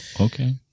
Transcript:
Okay